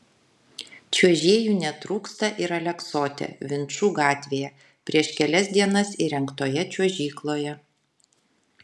čiuožėjų netrūksta ir aleksote vinčų gatvėje prieš kelias dienas įrengtoje čiuožykloje